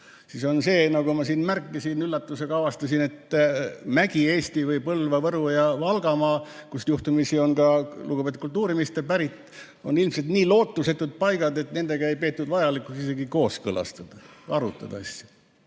kooskõlastatud. Nagu ma siin märkisin, ma üllatusega avastasin, et Mägi-Eesti või Põlva‑, Võru‑ ja Valgamaa, kust juhtumisi on ka lugupeetud kultuuriminister pärit, on ilmselt nii lootusetud paigad, et nendega ei peetud vajalikuks isegi kooskõlastada ega asja